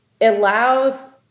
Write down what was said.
allows